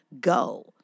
go